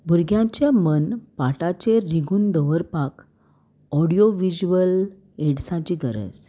भुरग्यांचे मन पाटाचेर रिगून दवरपाक ऑडियो विज्युअल एड्साची गरज